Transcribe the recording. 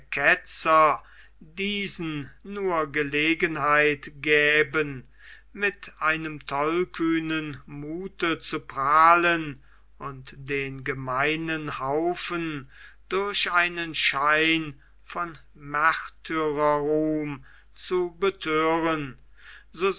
diesen nur gelegenheit gäben mit einem tollkühnen muthe zu prahlen und den gemeinen haufen durch einen schein von märtyrerruhm zu bethören